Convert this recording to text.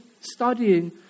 studying